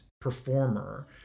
performer